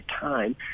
time